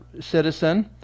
citizen